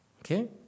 Okay